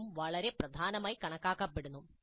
ഇതും വളരെ പ്രധാനമായി കണക്കാക്കപ്പെടുന്നു